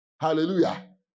Hallelujah